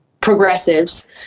progressives